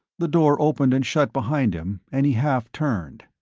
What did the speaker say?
the door opened and shut behind him and he half turned.